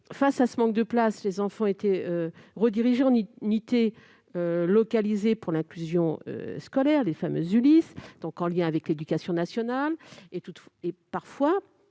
Face à ce manque de place, les enfants étaient redirigés vers les unités localisées pour l'inclusion scolaire, les fameuses ULIS, en lien avec l'éducation nationale. Parfois,